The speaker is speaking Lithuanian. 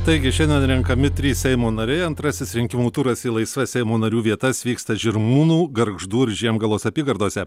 taigi šiandien renkami trys seimo nariai antrasis rinkimų turas į laisvas seimo narių vietas vyksta žirmūnų gargždų ir žiemgalos apygardose